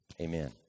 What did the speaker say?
amen